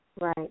Right